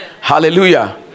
Hallelujah